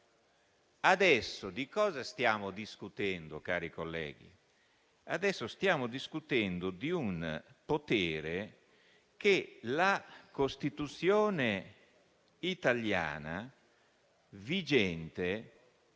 Adesso di cosa stiamo discutendo, cari colleghi? Stiamo discutendo di un potere che la Costituzione italiana vigente